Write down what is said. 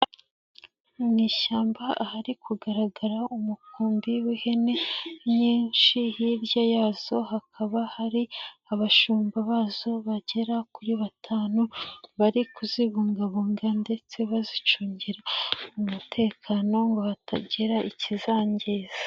Mu ishyamba ahari kugaragara umukumbi w'ihene nyinshi hirya yazo hakaba hari abashumba bazo bagera kuri batanu bari kuzibungabunga ndetse bazicungira umutekano ngo hatagira ikizangiza.